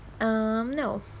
No